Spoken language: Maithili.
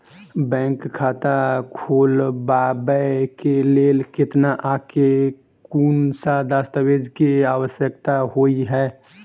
बैंक खाता खोलबाबै केँ लेल केतना आ केँ कुन सा दस्तावेज केँ आवश्यकता होइ है?